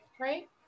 right